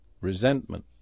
resentment